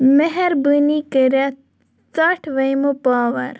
مٮ۪ہربٲنی کٔرِتھ ژَٹ ویمو پاور